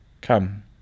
Come